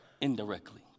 indirectly